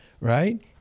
right